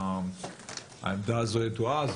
והעמדה הזו ידועה,